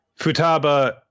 Futaba